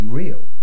real